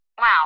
Wow